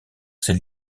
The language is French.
ses